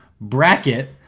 bracket